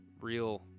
real